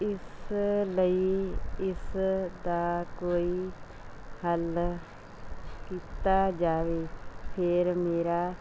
ਇਸ ਲਈ ਇਸ ਦਾ ਕੋਈ ਹੱਲ ਕੀਤਾ ਜਾਵੇ ਫਿਰ ਮੇਰਾ